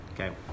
okay